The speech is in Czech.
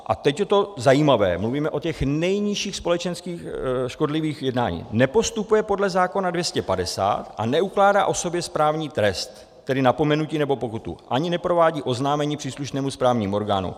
A teď je to zajímavé mluvíme o těch nejnižších společensky škodlivých jednáních: Nepostupuje podle zákona č. 250 a neukládá osobě správní trest, tedy napomenutí nebo pokutu, ani neprovádí oznámení příslušnému správnímu orgánu.